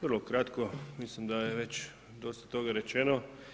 Vrlo kratko, mislim da je već dosta toga rečeno.